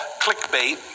clickbait